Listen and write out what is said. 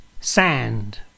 Sand